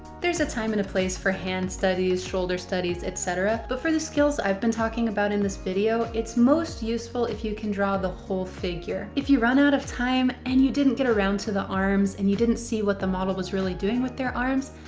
there's a time and a place for hand studies, shoulder studies, etc, but for the skills i've been talking about in this video, it's most useful if you can draw the whole figure. if you run out of time and you didn't get around to the arms and you didn't see what the model was really doing with their arms,